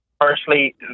Firstly